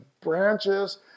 branches